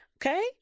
Okay